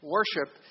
Worship